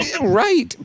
right